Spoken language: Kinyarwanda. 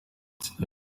itsinda